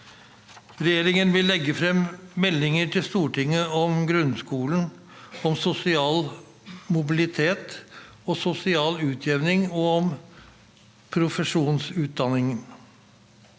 Regjeringen vil legge frem meldinger til Stortinget om grunnskolen, om sosial mobilitet og sosial utjevning og om profesjonsutdanningene.